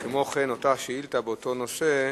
כמו כן, אותה שאילתא באותו נושא,